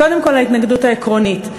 קודם כול, ההתנגדות העקרונית.